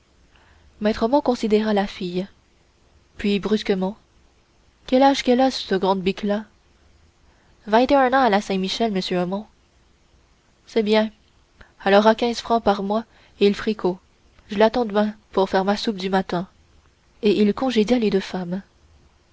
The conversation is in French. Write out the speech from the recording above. omont considéra la fille puis brusquement quel âge qu'elle a c'te grande bique là vingt-un ans à la saint-michel monsieur omont c'est bien all'aura quinze francs par mois et l'fricot j'l'attends d'main pour faire ma soupe du matin et il congédia les deux femmes